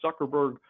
Zuckerberg